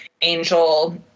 angel